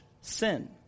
sin